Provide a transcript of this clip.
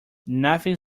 nothing